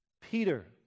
Peter